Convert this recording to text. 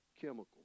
chemical